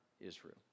Israel